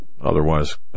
otherwise